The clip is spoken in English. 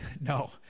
No